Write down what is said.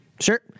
Sure